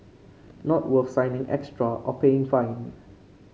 not worth signing extra or paying fine